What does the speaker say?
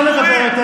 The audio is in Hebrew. אני אפשרתי לך לדבר.